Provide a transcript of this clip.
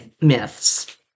myths